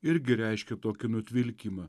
irgi reiškia tokį nutvilkimą